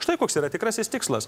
štai koks yra tikrasis tikslas